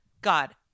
God